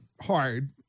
hard